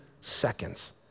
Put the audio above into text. seconds